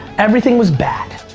everything was bad.